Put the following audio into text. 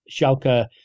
Schalke